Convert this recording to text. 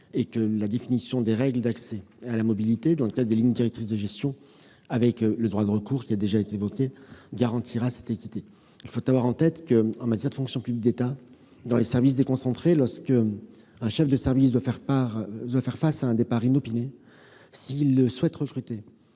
et que la définition des règles d'accès à la mobilité dans le cadre des lignes directrices de gestion, ainsi que le droit de recours qui a déjà été voté, garantira l'équité. Il faut avoir en tête que, en matière de fonction publique d'État dans les services déconcentrés, lorsqu'un chef de service doit faire face à un départ inopiné, s'il souhaite recruter